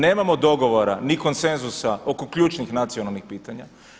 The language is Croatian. Nemamo dogovora ni konsenzusa oko ključnih nacionalnih pitanja.